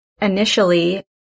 Initially